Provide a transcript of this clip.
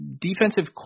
defensive